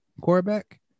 quarterback